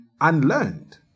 unlearned